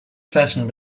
fashioned